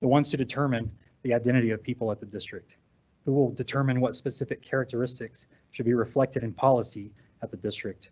the ones to determine the identity of people at the district who will determine what specific characteristics should be reflected in policy at the district?